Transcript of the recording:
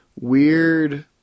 weird